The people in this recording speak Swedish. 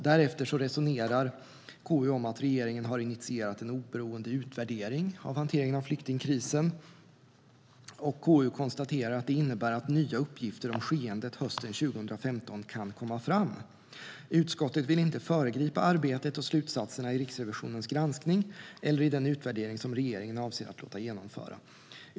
Därefter resonerar KU om att regeringen har initierat en oberoende utvärdering av hanteringen av flyktingkrisen, och KU konstaterar: "Det innebär att nya uppgifter om skeendet hösten 2015 kan komma fram. Utskottet vill inte föregripa arbetet och slutsatserna i Riksrevisionens granskning eller i den utvärdering som regeringen avser att låta genomföra.